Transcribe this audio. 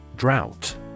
Drought